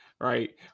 Right